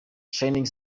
shining